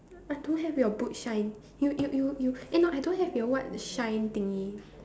I don't have your boot shine you you you you eh no I don't have your what shine thingy